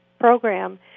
Program